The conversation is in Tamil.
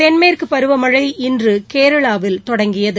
தென்மேற்கு பருவமழை இன்று கேரளாவில் தொடங்கியது